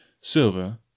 Silver